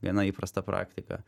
viena įprasta praktika